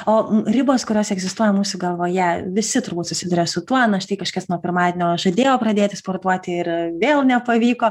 o ribos kurios egzistuoja mūsų galvoje visi turbūt susiduria su tuo na štai kažkas nuo pirmadienio žadėjo pradėti sportuoti ir vėl nepavyko